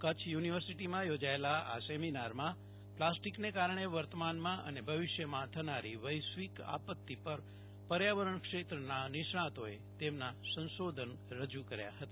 કચ્છ યુ નિવર્સીટીમાં યોજાયેલા આ સેમિનારમાં પ્લાસ્ટીકને કારણે વર્તમાનમાં અને ભવિષ્યમાં થનારી વૈશ્વિક આપતિ પર પર્યાવરણ ક્ષેત્રના નિષ્ણાતોએતેમના સંશોધન રજુ કર્યા હતા